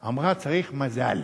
אמרה: צריך מזל.